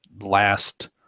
last